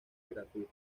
gratuito